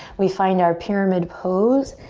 we find our pyramid pose.